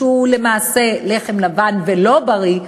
שהוא למעשה לחם לבן ולא בריא,